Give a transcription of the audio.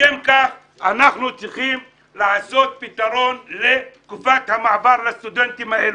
לשם כך אנחנו צריכים לעשות פתרון לתקופת המעבר לסטודנטים האלו.